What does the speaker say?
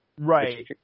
Right